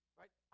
right